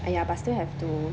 !aiya! but still have to